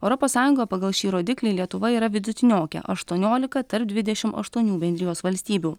europos sąjungoj pagal šį rodiklį lietuva yra vidutiniokė aštuoniolika tarp dvidešim aštuonių bendrijos valstybių